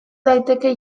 daiteke